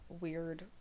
weird